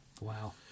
Wow